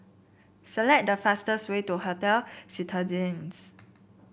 select the fastest way to Hotel Citadines